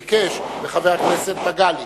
ביקשו חברי הכנסת טיבי ומגלי והבה.